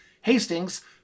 Hastings